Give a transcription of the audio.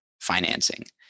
financing